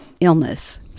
illness